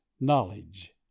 Knowledge